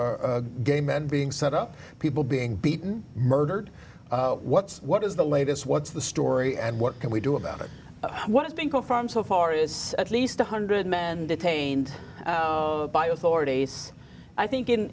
gay men being set up people being beaten murdered what's what is the latest what's the story and what can we do about what is being called from so far is at least one hundred men detained by authorities i think